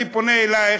אני פונה אלייך,